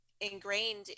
ingrained